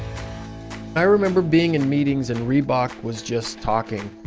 i remember being in meetings and reebok was just talking.